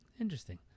Interesting